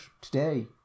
today